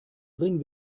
bring